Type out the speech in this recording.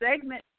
segment